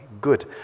good